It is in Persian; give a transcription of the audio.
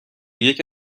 یکی